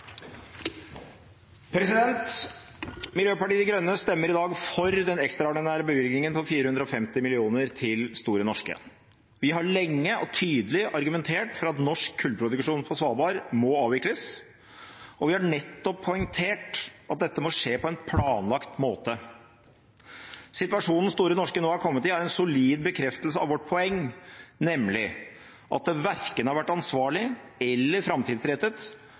den. Miljøpartiet De Grønne stemmer i dag for den ekstraordinære bevilgningen på 450 mill. kr til Store Norske. Vi har lenge og tydelig argumentert for at norsk kullproduksjon på Svalbard må avvikles, og vi har poengtert at dette nettopp må skje på en planlagt måte. Situasjonen Store Norske nå har kommet i, er en solid bekreftelse av vårt poeng, nemlig at det verken har vært ansvarlig eller framtidsrettet